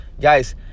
guys